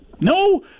No